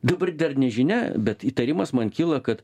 dabar dar nežinia bet įtarimas man kyla kad